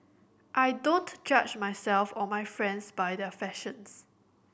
I don't judge myself or my friends by their fashions